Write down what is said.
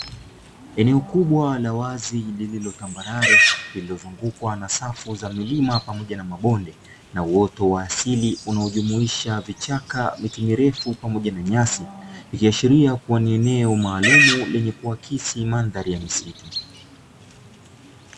Eneo kubwa la wazi lililo tambarare lililozungukwa na safu za milima pamoja na mabonde na uwoto wa asili unaojumuisha vichaka, miti mirefu pamoja na nyasi. Ikiashiria eneo maalumu lenye kuakisi mandhari ya misitu.